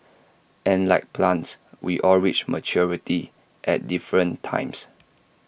and like plants we all reach maturity at different times